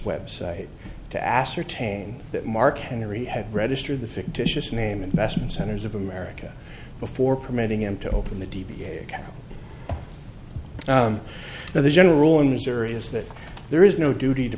website to ascertain that mark henry had registered the fictitious name investment centers of america before permitting him to open the d p a account for the general rule in missouri is that there is no duty to